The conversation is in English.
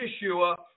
Yeshua